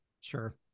Sure